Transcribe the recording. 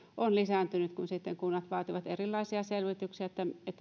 on lisääntynyt kun kunnat vaativat erilaisia selvityksiä